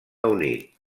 unit